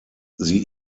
sie